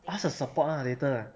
ask the support lah later